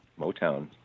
Motown